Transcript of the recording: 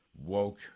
woke